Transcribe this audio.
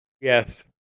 Yes